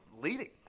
leading